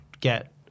get